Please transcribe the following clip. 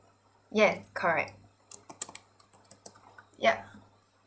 yes correct yup